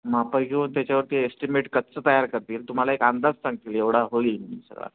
मापं घेऊन त्याच्यावरती एस्टिमेट कच्चं तयार करतील तुम्हाला एक अंदाज सांगतील एवढा होईल म्हणून सगळा